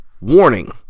Warning